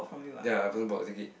ya a person bought the ticket